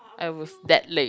I was that late